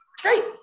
great